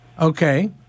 Okay